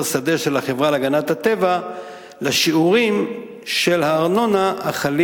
שדה של החברה להגנת הטבע לשיעורים של הארנונה החלים